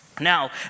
Now